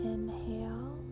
Inhale